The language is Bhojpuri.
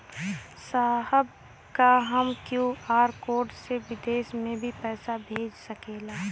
साहब का हम क्यू.आर कोड से बिदेश में भी पैसा भेज सकेला?